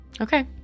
Okay